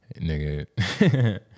Nigga